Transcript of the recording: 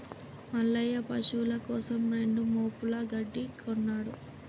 మల్లయ్య పశువుల కోసం రెండు మోపుల గడ్డి కొన్నడు